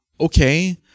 okay